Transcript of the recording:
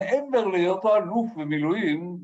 אין כבר להיות האלוף במילואים